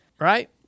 right